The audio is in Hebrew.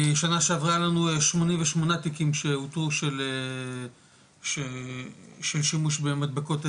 שנה שעברה היה לנו 88 תיקים שאותרו של שימוש במדבקות FENTA,